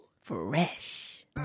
fresh